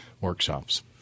workshops